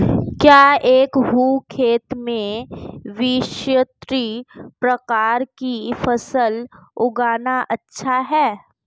क्या एक ही खेत में विभिन्न प्रकार की फसलें उगाना अच्छा है?